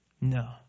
No